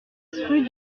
rue